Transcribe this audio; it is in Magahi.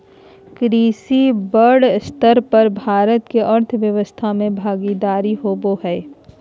कृषि बड़ स्तर पर भारत के अर्थव्यवस्था में भागीदारी होबो हइ